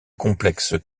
complexes